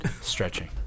stretching